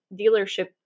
dealership